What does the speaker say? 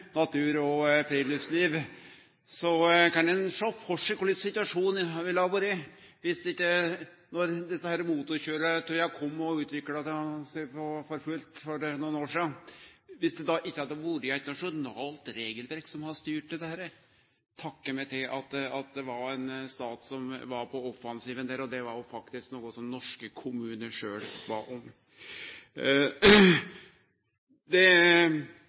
natur og friluftsliv, kan sjå for seg korleis situasjonen hadde vore dersom det ikkje hadde vore eit nasjonalt regelverk som hadde styrt da motorkøyretøya kom og utvikla seg for fullt for nokre år sidan. Takke meg til at det var ein stat som var på offensiven der, og det var faktisk noko som norske kommunar sjølve bad om. Det